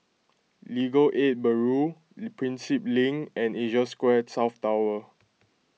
Legal Aid Bureau Prinsep Link and Asia Square South Tower